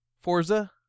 Forza